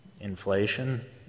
Inflation